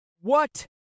What